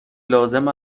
لازم